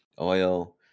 oil